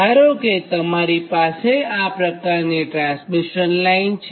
ધારો કેતમારી પાસે આ પ્રકારની ટ્રાન્સમિશન લાઇન છે